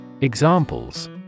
Examples